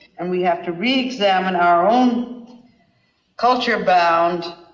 and we have to re-examine our own culture-bound,